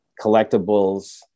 collectibles